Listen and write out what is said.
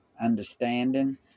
understanding